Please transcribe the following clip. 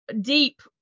deep